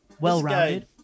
well-rounded